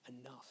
enough